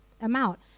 amount